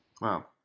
Wow